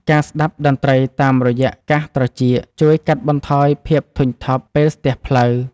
ការស្ដាប់តន្ត្រីតាមរយៈកាសត្រចៀកជួយកាត់បន្ថយភាពធុញថប់ពេលស្ទះផ្លូវ។